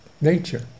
nature